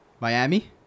Miami